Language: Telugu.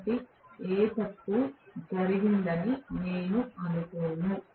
కాబట్టి ఏ తప్పు జరిగిందని నేను అనుకోను